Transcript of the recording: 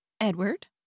Edward